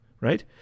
right